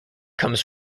comes